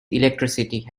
electricity